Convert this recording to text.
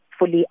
fully